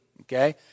Okay